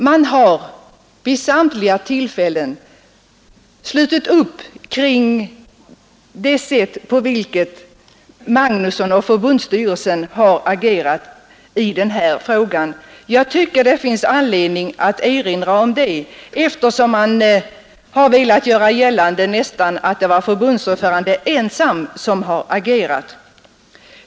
Man har vid samtliga tillfällen slutit upp kring det sätt på vilket ordföranden herr Magnusson och förbunds styrelsen har agerat i denna fråga. Det finns anledning att erinra om det, eftersom man har velat göra gällande att det nästan varit ordföranden ensam som har agerat.